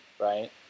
right